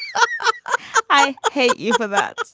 um i hate you for that.